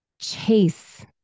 Chase